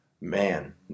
Man